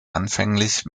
anfänglich